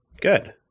Good